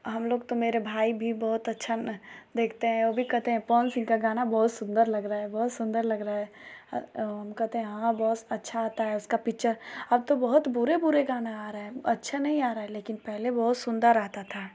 हम लोग तो मेरा भाई भी बहुत अच्छा देखते हैं वो भी कहते हैं कौन फिल्म का गाना बहुत सुंदर लग रहा बहुत सुंदर लग रहा है बोलते हैं हाँ बहुत अच्छा आता है इसका पिक्चर अब तो बहुत बुरे बुरे गाने आ रहे है अछा नहीं आ रहा लेकिन पहले बहुत सुंदर आता था